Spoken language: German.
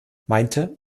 meinte